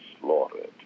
slaughtered